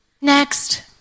Next